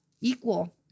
equal